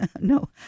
no